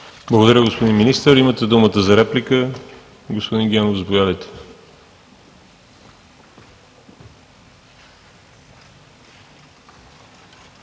Благодаря, господин Министър. Имате думата за реплика. Господин Генов, заповядайте.